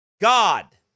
God